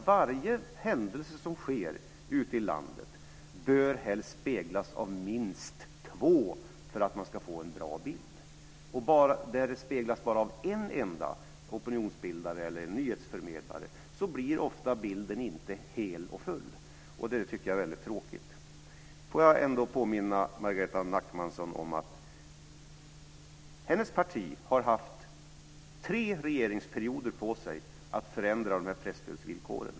Varje händelse som sker ute i landet bör helst speglas av minst två för att man ska få en bra bild. Där den speglas av bara en enda opinionsbildare eller nyhetsförmedlare blir ofta bilden inte hel och full. Det tycker jag är väldigt tråkigt. Låt mig ändå påminna Margareta Nachmanson om att hennes parti har haft tre regeringsperioder på sig att förändra presstödsvillkoren.